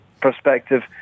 perspective